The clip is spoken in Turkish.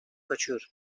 kaçıyor